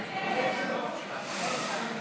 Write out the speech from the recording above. לוועדה את הצעת חוק יום לציון רצח העם הארמני,